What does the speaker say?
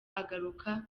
agaruka